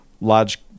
large